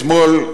אתמול,